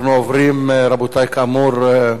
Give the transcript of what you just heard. אנחנו עוברים, רבותי כאמור,